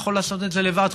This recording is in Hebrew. אתה יכול לעשות את זה לבד,